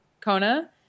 Kona